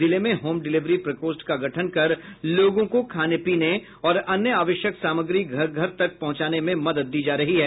जिले में home delivery प्रकोष्ठ का गठन कर लोगों को खाने पीने और अन्य आवश्यक सामग्री घर तक पहुंचाने में मदद दी जा रही है